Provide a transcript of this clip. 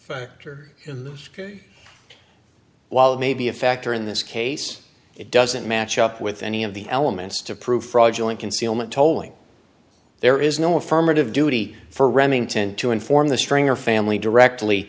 factor in the scary while it may be a factor in this case it doesn't match up with any of the elements to prove fraudulent concealment tolling there is no affirmative duty for remington to inform the stringer family directly